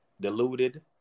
deluded